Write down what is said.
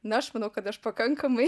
na aš manau kad aš pakankamai